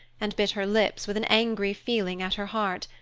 and bit her lips with an angry feeling at her heart.